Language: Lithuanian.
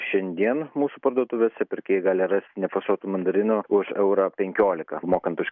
šiandien mūsų parduotuvėse pirkėjai gali rasti nefasuotų mandarinų už eurą penkiolika mokant už